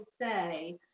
say